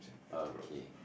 okay